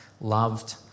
loved